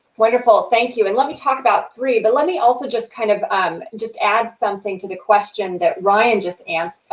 wonderful, ah thank you. and let me talk about three, but let me also just kind of um and just add something to the question that ryan just answered.